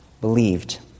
believed